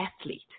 athlete